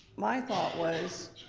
my thought was,